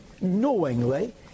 knowingly